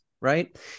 right